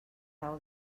raó